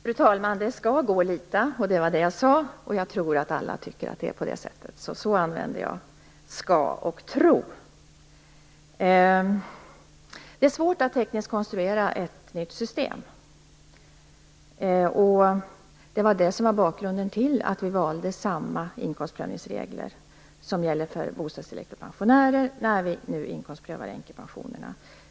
Fru talman! Det skall gå att lita på trygghetssystemen. Det var det jag sade, och jag tror att alla tycker att det är på det sättet. Det är så jag använder orden Det är svårt att tekniskt konstruera ett nytt system. Det var det som var bakgrunden till att vi valde samma inkomstprövningsregler som gäller för bostadstillägg för pensionärer när nu änkepensionerna inkomstprövas.